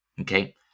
okay